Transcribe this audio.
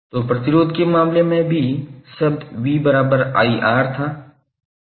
तो प्रतिरोध के मामले में भी शब्द 𝑣𝑖𝑅 था